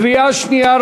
קריאה שנייה,